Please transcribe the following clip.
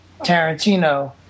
Tarantino